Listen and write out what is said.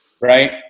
right